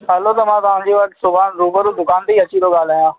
हलो त मां तव्हांजे वटि सुभाणे रूबरू दुकान ते अची करे ॻाल्हायां